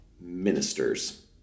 ministers